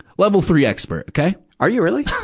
level three expert, okay! are you really? i,